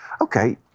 okay